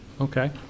Okay